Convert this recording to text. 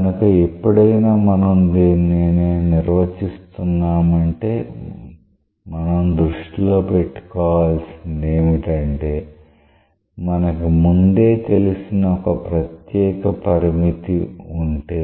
కనుక ఎప్పుడైనా మనం దేనినైనా నిర్వచిస్తున్నాము అంటే మనం దృష్టిలో పెట్టుకోవాల్సింది ఏమిటంటే మనకు ముందే తెలిసిన ఒక ప్రత్యేక పరిమితి ఉంటే